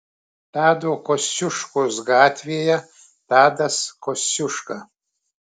tado kosciuškos gatvėje tadas kosciuška